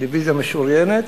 דיביזיה משוריינת,